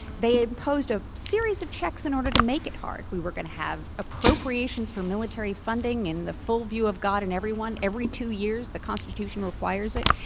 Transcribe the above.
they imposed a series of checks in order to make it hard. we were going to have appropriations for military funding in the full vi ew of god and everyone every two years. the constitution requires it.